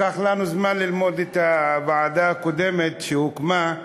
לקח לנו זמן ללמוד את הוועדה הקודמת שהוקמה,